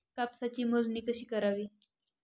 कापसाची मोजणी कशी करावी?